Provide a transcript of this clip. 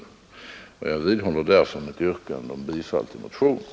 Jag vidhåller därför mitt yrkande om bifall till motionen.